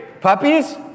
Puppies